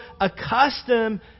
accustomed